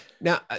Now